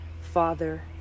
Father